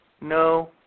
no